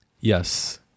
Yes